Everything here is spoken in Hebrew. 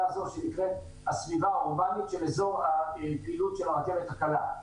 הזאת שנקראת "הסביבה האורבנית" של אזור הפעילות של הרכבת הקלה.